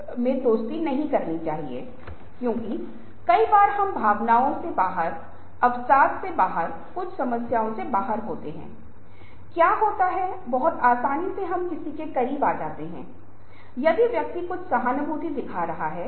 लेकिन अगर हम कहें कि दिल अनुभवी है तो ठीक है जहाँ दिल की धड़कनों का तरंगों में अनुवाद किया जाता है या यदि मस्तिष्क की विभिन्न गतिविधियों को तरंगों में अनुवादित किया जाता है और फिर आप देखते हैं अन्य इंद्रियाँ हैं दृश्य में स्थानांतरित किया जा रहा है